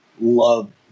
love